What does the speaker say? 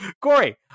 Corey